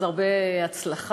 אז הרבה הצלחה.